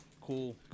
cool